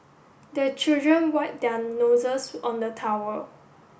the children wipe their noses on the towel